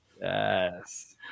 Yes